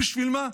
בשביל מה?